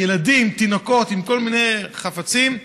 ילדים, תינוקות, עם כל מיני חפצים.